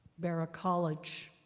barat college